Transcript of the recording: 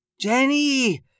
Jenny